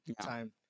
time